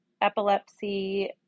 epilepsy